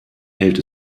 hält